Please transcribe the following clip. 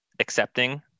accepting